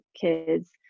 kids